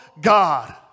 God